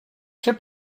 się